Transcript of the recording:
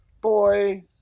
boy